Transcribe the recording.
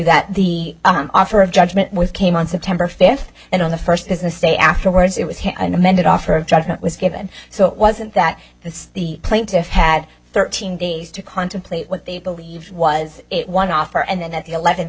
that the offer of judgment with came on september fifth and on the first business day afterwards it was an amended offer of judgment was given so it wasn't that the plaintiff had thirteen days to contemplate what they believed was one offer and then at the eleventh